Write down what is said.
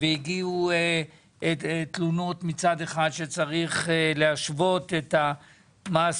אז היו בקשות על כך שצריך מצד אחד להשוות את המס